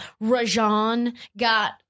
Rajon—got